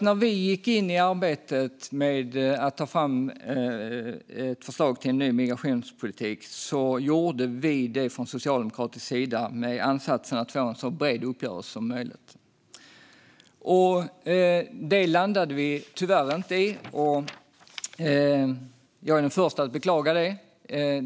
När vi gick in i arbetet med att ta fram ett förslag till en ny migrationspolitik gjorde vi det från socialdemokratisk sida med ansatsen att få en så bred uppgörelse som möjligt. Det landade vi tyvärr inte i, och jag är den förste att beklaga det.